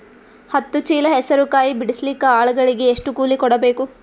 ಹತ್ತು ಚೀಲ ಹೆಸರು ಕಾಯಿ ಬಿಡಸಲಿಕ ಆಳಗಳಿಗೆ ಎಷ್ಟು ಕೂಲಿ ಕೊಡಬೇಕು?